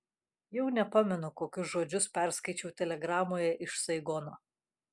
jau nepamenu kokius žodžius perskaičiau telegramoje iš saigono